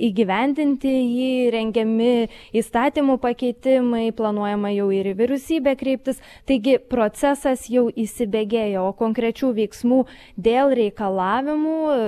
įgyvendinti jį rengiami įstatymų pakeitimai planuojama jau ir į vyriausybę kreiptis taigi procesas jau įsibėgėjo o konkrečių veiksmų dėl reikalavimų